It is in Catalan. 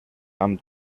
amb